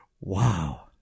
Wow